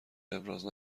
ابراز